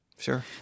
Sure